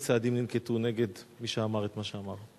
2. אילו צעדים ננקטו נגד מי שאמר את מה שאמר?